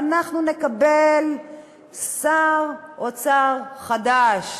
ואנחנו נקבל שר אוצר חדש